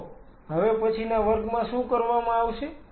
તો હવે પછીના વર્ગમાં શું કરવામાં આવશે